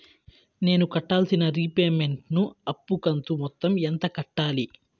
నేను కట్టాల్సిన రీపేమెంట్ ను అప్పు కంతు మొత్తం ఎంత కట్టాలి?